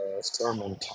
sermon